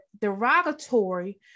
derogatory